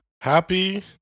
Happy